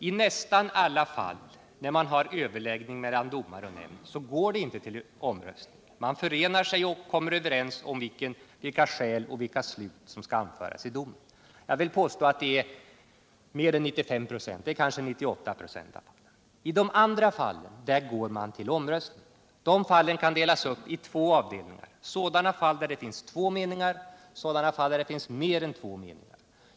I nästan alla fall, när man har överläggning mellan domare och nämnd, blir det inte omröstning. Man enar sig om vilka skäl och vilka slut domen skall ha. Jag vill påstå att det gäller mer än 95 96, kanske 98 926 av fallen. I de andra fallen går man till omröstning. De fall som går till omröstning kan delas upp i två avdelningar: sådana fall där det finns två meningar och sådana fall där det finns mer än två meningar.